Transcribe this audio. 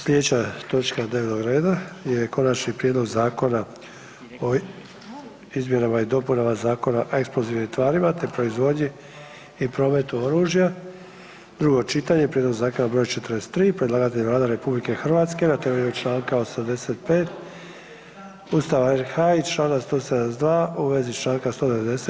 Sljedeća točka dnevnog reda je: - Konačni prijedlog zakona o izmjenama i dopunama Zakona o eksplozivnim tvarima te proizvodnji i prometu oružja, drugo čitanje, P.Z. br. 43.; Predlagatelj je Vlada RH na temelju čl. 85 Ustava RH i čl. 172. u vezi čl. 190.